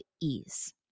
ease